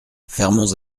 fermons